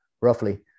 roughly